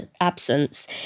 absence